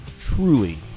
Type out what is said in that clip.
truly